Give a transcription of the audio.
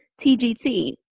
tgt